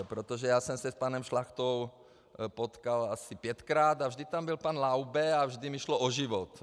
Protože já jsem se s panem Šlachtou potkal asi pětkrát a vždy tam byl pan Laube a vždy mi šlo o život.